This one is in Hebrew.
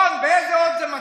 רון, באיזו אות זה מתחיל?